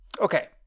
okay